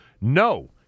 no